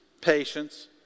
patience